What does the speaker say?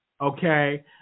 Okay